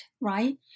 right